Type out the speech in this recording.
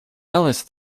alice